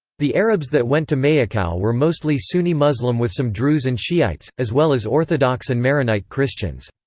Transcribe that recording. the arabs that went to maicao were mostly sunni muslim with some druze and shiites, as well as orthodox and maronite christians.